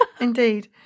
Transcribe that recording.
indeed